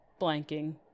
blanking